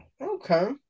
okay